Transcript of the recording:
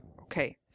okay